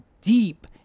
deep